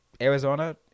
Arizona